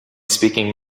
speaking